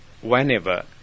whenever